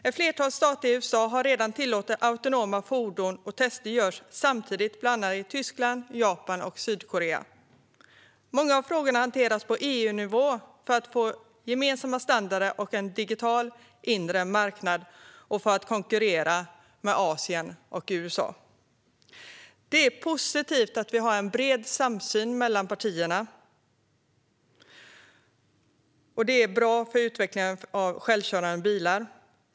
Ett flertal stater i USA har redan tillåtit autonoma fordon, och tester görs samtidigt i bland annat Tyskland, Japan och Sydkorea. Många av frågorna hanteras på EU-nivå för att få gemensamma standarder och en digital inre marknad och för att kunna konkurrera med Asien och USA. Det är positivt att vi har bred samsyn mellan partierna om att det är bra med utvecklingen av självkörande bilar.